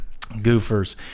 goofers